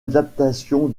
adaptation